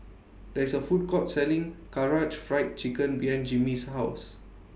There IS A Food Court Selling Karaage Fried Chicken behind Jimmy's House